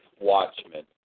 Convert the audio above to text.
watchmen